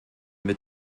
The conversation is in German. mit